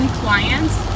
clients